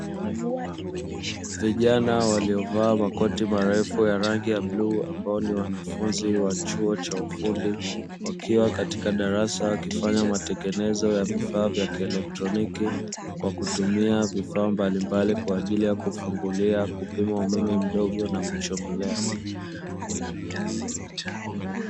Vijana waliovaa makoti marefu ya rangi ya bluu, ambao ni wanafunzi wa chuo cha ufundi wakiwa katika darasa wakifanya matengenezo ya vifaa vya kielektroniki kwa kutumia vifaa mbalimbali kwa ajili ya kufungulia, kupima umeme mdogo, na kuchomelea.